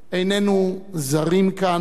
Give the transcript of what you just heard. איננו זרים כאן,